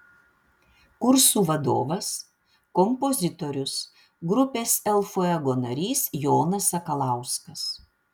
kursų vadovas kompozitorius grupės el fuego narys jonas sakalauskas